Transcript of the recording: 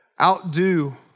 outdo